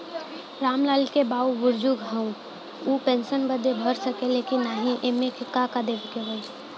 राम लाल के बाऊ बुजुर्ग ह ऊ पेंशन बदे भर सके ले की नाही एमे का का देवे के होई?